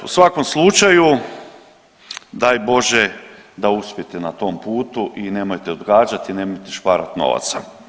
U svakom slučaju daj Bože da uspijete na tom putu i nemojte odgađati, nemojte šparati novaca.